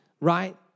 right